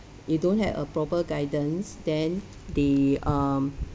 you don't have a proper guidance then the um